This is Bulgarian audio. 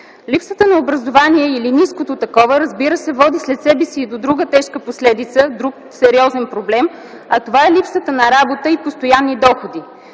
Липсата на образование или ниското такова, разбира се, води след себе си и до друга тежка последица, друг сериозен проблем, а това е липсата на работа и постоянни доходи.